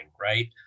right